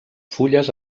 fulles